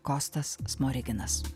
kostas smoriginas